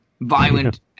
Violent